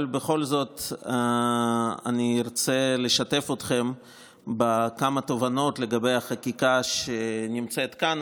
אבל בכל זאת אני ארצה לשתף אתכם בכמה תובנות לגבי החקיקה שנמצאת כאן.